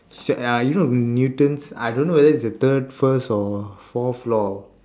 uh you know new~ newton's I don't whether is it the third first or fourth law